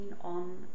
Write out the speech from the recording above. on